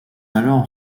alors